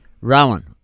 Rowan